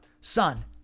Son